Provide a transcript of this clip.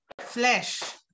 flesh